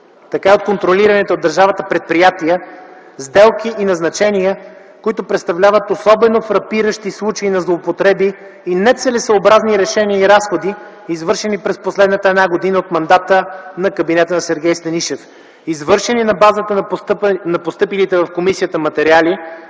така и от контролираните от държавата предприятия, сделки и назначения, които представляват особено фрапиращи случаи на злоупотреби и нецелесъобразни решения и разходи, извършени през последната една година от мандата на кабинета на Сергей Станишев. Извършени на базата на постъпилите в комисията материали